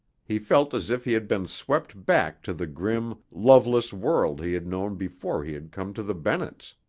he felt as if he had been swept back to the grim, loveless world he had known before he had come to the bennetts'.